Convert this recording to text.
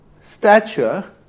stature